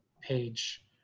page